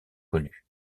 connue